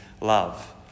love